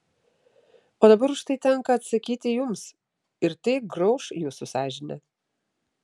o dabar už tai tenka atsakyti jums ir tai grauš jūsų sąžinę